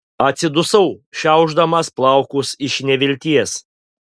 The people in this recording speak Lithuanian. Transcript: atsidusau šiaušdamas plaukus iš nevilties